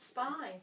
Spy